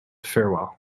farewell